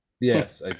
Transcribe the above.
Yes